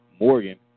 Morgan